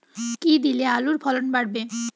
কী দিলে আলুর ফলন বাড়বে?